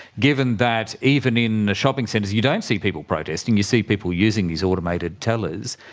given that even in shopping centres you don't see people protesting, you see people using these automated tellers,